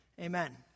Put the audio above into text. Amen